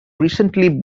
recently